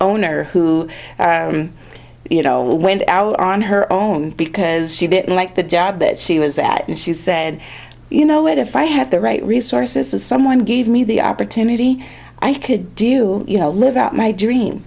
owner who you know went out on her own because she didn't like the job that she was at and she said you know if i had the right resources and someone gave me the opportunity i could do you know live out my dream